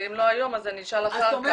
ואם לא היום אז אני אשאל אחר כך.